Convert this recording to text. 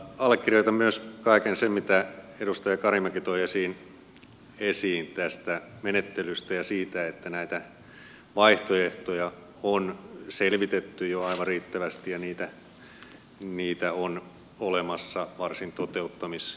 allekirjoitan myös kaiken sen mitä edustaja karimäki toi esiin tästä menettelystä ja siitä että näitä vaihtoehtoja on selvitetty jo aivan riittävästi ja niitä on olemassa varsin toteuttamiskelpoisina